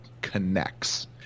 connects